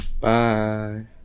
Bye